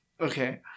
Okay